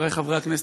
חברי חברי הכנסת,